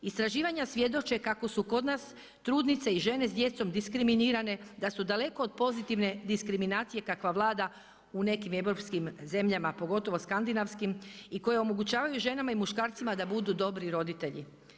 Istraživanja svjedoče kako su kod nas trudnice i žene s djecom diskriminirane, da su daleko od pozitivne diskriminacije kakva vlada u nekim europskim zemljama, pogotovo skandinavskim i koja omogućava ženama i muškarcima da budu dobri roditelji.